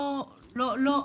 לא,